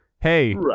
Hey